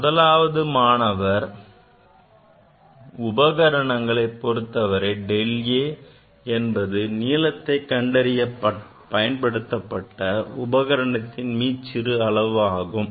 முதலாவது மாணவர் அளவுகளைப் பொருத்தவரை del a என்பது நீளத்தை கண்டறிய பயன்படுத்தப்பட்ட உபகரணத்தின் மீச்சிறு அளவு ஆகும்